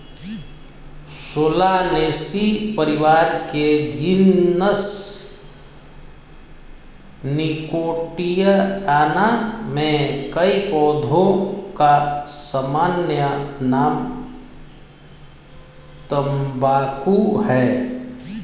Solanaceae परिवार के genus Nicotiana में कई पौधों का सामान्य नाम तंबाकू है